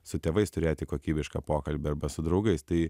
su tėvais turėti kokybišką pokalbį arba su draugais tai